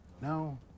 No